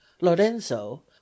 lorenzo